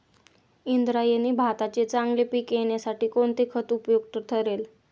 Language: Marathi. इंद्रायणी भाताचे चांगले पीक येण्यासाठी कोणते खत उपयुक्त ठरेल?